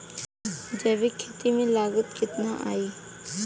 जैविक खेती में लागत कितना आई?